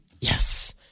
Yes